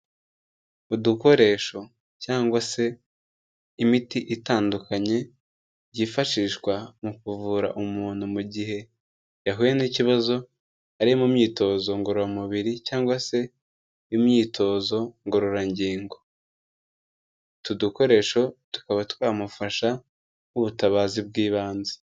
Udukoresho cyangwa se imiti itandukanye byifashishwa mu kuvura umuntu mu gihe yahuye n'ikibazo ari mu myitozo ngororamubiri cyangwa se imyitozo ngororangingo, utu tudukoresho tukaba twamufasha nk'ubutabazi bw'ibanze.